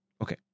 okay